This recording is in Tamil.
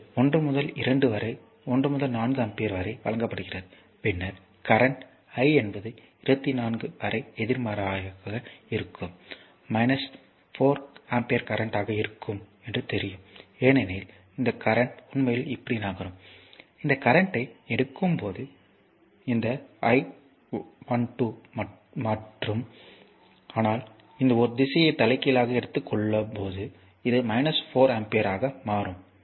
எனவே இது 1 முதல் 2 வரை 1 முதல் 4 ஆம்பியர் வரை வழங்கப்படுகிறது பின்னர் கரண்ட் I என்பது 21 வரை எதிர்மாறாக இருக்கும் 4 கரண்ட் ஆக இருக்கும் என்று தெரியும் ஏனெனில் இந்த கரண்ட் உண்மையில் இப்படி நகரும் இந்த கரண்ட்யை எடுக்கும்போது இந்த I12 மற்றும் ஆனால் I21 என்று ஒரு திசையை தலைகீழாக எடுத்துக் கொள்ளும்போது அது 4 ஆம்பியர் ஆகும்